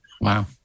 Wow